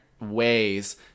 ways